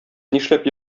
нишләп